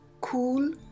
cool